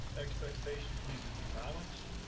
expectations need to be balanced,